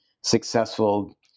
successful